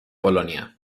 polonia